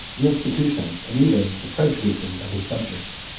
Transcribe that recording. the institutions, and even the prejudices, of his subjects.